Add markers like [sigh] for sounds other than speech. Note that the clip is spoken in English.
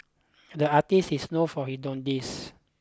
the artist is known for he [unintelligible]